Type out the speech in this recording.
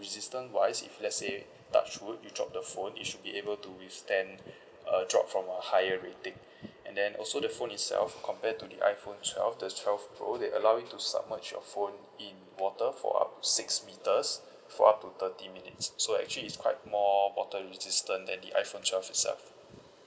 resistance wise if let's say touch wood you drop the phone it should be able to withstand a drop from a higher rating and then also the phone itself compared to the iphone twelve the twelve pro they allow you to submerge your phone in water for up six metres for up to thirty minutes so actually is quite more water resistant than the iphone twelve itself